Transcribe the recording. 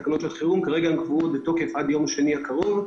כרגע הן קבועות בתוקף עד יום שני הקרוב,